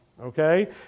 Okay